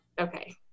Okay